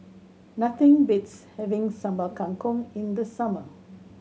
nothing beats having Sambal Kangkong in the summer